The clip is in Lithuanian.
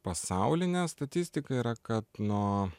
pasaulinė statistika yra kad nuo